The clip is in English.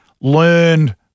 learned